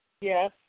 Yes